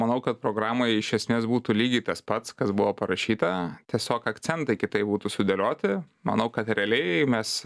manau kad programoje iš esmės būtų lygiai tas pats kas buvo parašyta tiesiog akcentai kitaip būtų sudėlioti manau kad realiai mes